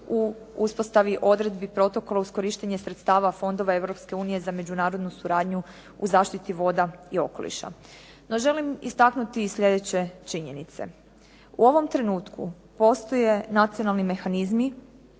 u uspostavi odredbi protokola uz korištenje sredstava fondova Europske unije za međunarodnu suradnju u zaštiti voda i okoliša. No želim istaknuti i sljedeće činjenice. U ovom trenutku postoje nacionalni mehanizmi